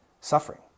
suffering